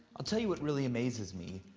i'll tell you what really amazes me.